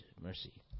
mercy